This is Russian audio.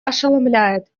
ошеломляет